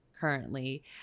currently